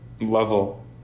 level